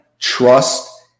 trust